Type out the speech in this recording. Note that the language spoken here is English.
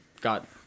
got